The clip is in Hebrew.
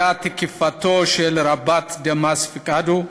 היה תקיפתו של רב"ט דמאס פיקדה,